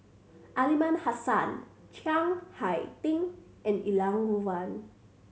Aliman Hassan Chiang Hai Ding and Elangovan